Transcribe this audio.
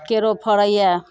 केरो फड़ैए